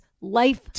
life